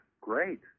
great